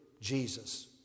Jesus